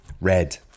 red